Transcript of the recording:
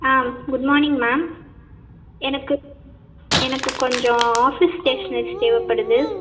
ஆ good morning ma'am எனக்கு எனக்கு கொஞ்சம் ஆஃபிஸ் ஸ்டேஷனரிஸ் தேவைப்படுது